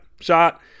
Shot